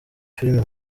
filime